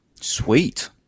Sweet